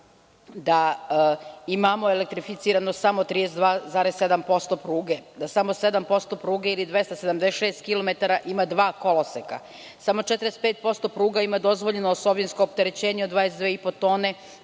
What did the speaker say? da imamo elektrificirano samo 32,7% pruge, samo 7% pruge ili 276 km ima dva koloseka, samo 45% pruga ima dozvoljeno osovinsko opterećenje od 22,5 tone,